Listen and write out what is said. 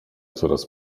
coraz